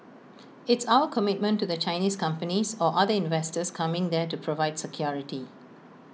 it's our commitment to the Chinese companies or other investors coming there to provide security